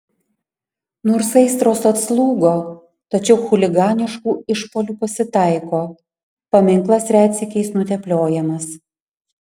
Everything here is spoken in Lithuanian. nors aistros atslūgo tačiau chuliganiškų išpuolių pasitaiko paminklas retsykiais nutepliojamas